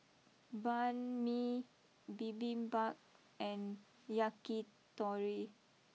Banh Mi Bibimbap and Yakitori